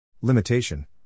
Limitation